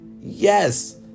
yes